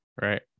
right